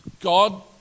God